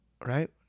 right